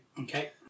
Okay